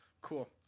cool